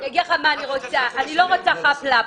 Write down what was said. אני לא רוצה חאפ לאפ.